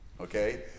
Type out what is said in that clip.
Okay